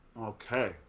Okay